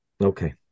Okay